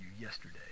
yesterday